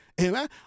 Amen